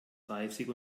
dreißig